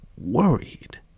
worried